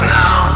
now